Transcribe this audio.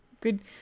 Good